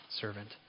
servant